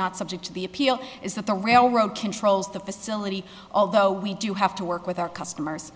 not subject to the appeal is that the railroad controls the facility although we do have to work with our customers